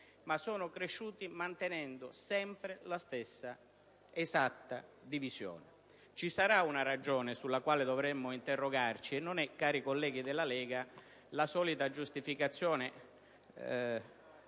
ma non cresciuti mantenendo sempre la stessa ed esatta divisione. Ci sarà una ragione sulla quale dovremmo interrogarci, e non è, cari colleghi della Lega, la solita giustificazione,